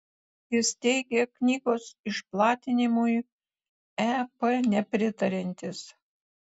jis teigė knygos išplatinimui ep nepritariantis